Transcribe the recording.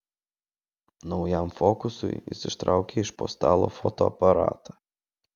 naujam fokusui jis ištraukė iš po stalo fotoaparatą